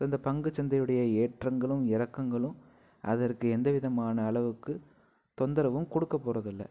இந்த பங்குச்சந்தையுடைய ஏற்றங்களும் இறக்கங்களும் அதற்கு எந்த விதமான அளவுக்கு தொந்தரவும் கொடுக்க போறதுல்லை